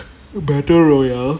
battle royale